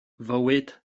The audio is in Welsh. fywyd